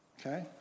Okay